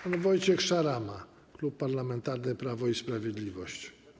Pan poseł Wojciech Szarama, Klub Parlamentarny Prawo i Sprawiedliwość.